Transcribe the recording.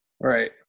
right